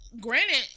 granted